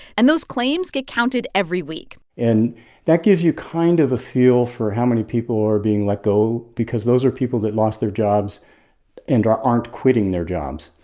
and those claims get counted every week and that gives you kind of a feel for how many people are being let go because those are people that lost their jobs and are aren't quitting their jobs.